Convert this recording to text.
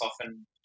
often